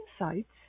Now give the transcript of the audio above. insights